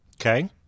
Okay